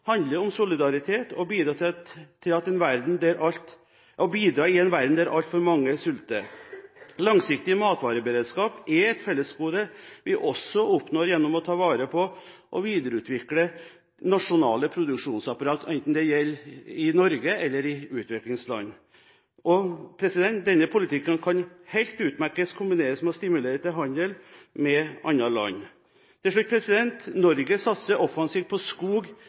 handler om solidaritet og å bidra i en verden der altfor mange sulter. Langsiktig matvareberedskap er et fellesgode vi også oppnår gjennom å ta vare på og videreutvikle nasjonale produksjonsapparat, enten det gjelder i Norge eller i utviklingsland. Denne politikken kan helt utmerket kombineres med å stimulere til handel med andre land. Til slutt: Norge satser offensivt på skog